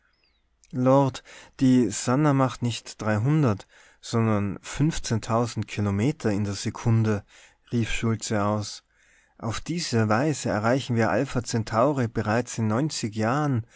lord die sannah macht nicht sondern kilometer in der sekunde rief schultze aus auf diese weise erreichen wir alpha centauri bereits in jahren